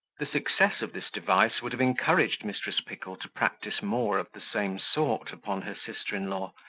the success of this device would have encouraged mrs. pickle to practise more of the same sort upon her sister-in-law,